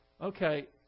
Okay